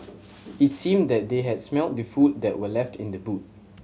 it seemed that they had smelt the food that were left in the boot